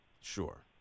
Sure